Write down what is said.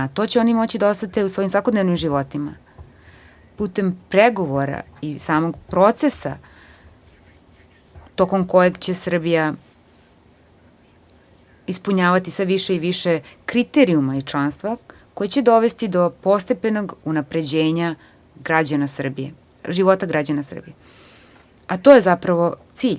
To će oni moći da osete u svojim svakodnevnim životima putem pregovora i samog procesa tokom kojeg će Srbija ispunjavati sve više i više kriterijuma iz članstva, koji će dovesti do postepenog unapređenja života građana Srbije, a to je zapravo cilj.